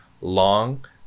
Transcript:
long